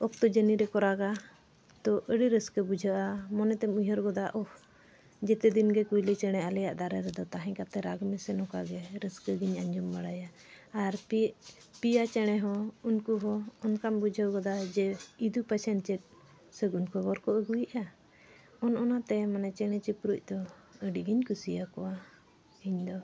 ᱚᱠᱛᱚ ᱡᱟᱹᱱᱤ ᱨᱮᱠᱚ ᱨᱟᱜᱟ ᱛᱚ ᱟᱹᱰᱤ ᱨᱟᱹᱥᱠᱟᱹ ᱵᱩᱡᱷᱟᱹᱜᱼᱟ ᱢᱚᱱᱮ ᱛᱮᱢ ᱩᱭᱦᱟᱹᱨ ᱜᱚᱫᱟ ᱳᱷ ᱡᱮᱛᱮ ᱫᱤᱱ ᱜᱮ ᱠᱩᱭᱞᱤ ᱪᱮᱬᱮ ᱟᱞᱮᱭᱟᱜ ᱫᱟᱨᱮ ᱨᱮᱫᱚ ᱛᱟᱦᱮᱸ ᱠᱟᱛᱮ ᱨᱟᱜᱽ ᱢᱮᱥᱮ ᱱᱚᱝᱠᱟ ᱜᱮ ᱨᱟᱹᱥᱠᱟᱹ ᱜᱤᱧ ᱟᱸᱡᱚᱢ ᱵᱟᱲᱟᱭᱟ ᱟᱨ ᱯᱮᱭᱟ ᱪᱮᱬᱮ ᱦᱚᱸ ᱩᱱᱠᱩ ᱦᱚᱸ ᱚᱱᱠᱟᱢ ᱵᱩᱡᱷᱟᱹᱣ ᱜᱚᱫᱟ ᱡᱮ ᱪᱮᱫ ᱥᱟᱹᱜᱩᱱ ᱠᱷᱚᱵᱚᱨ ᱠᱚ ᱟᱹᱜᱩᱭᱮᱜᱼᱟ ᱚᱱ ᱚᱱᱟᱛᱮ ᱢᱟᱱᱮ ᱪᱮᱬᱮ ᱪᱤᱯᱨᱩᱡ ᱫᱚ ᱟᱹᱰᱤ ᱜᱤᱧ ᱠᱩᱥᱤᱭᱟᱠᱚᱣᱟ ᱤᱧ ᱫᱚ